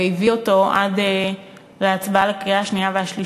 והביא אותו עד להצבעה לקריאה השנייה והשלישית.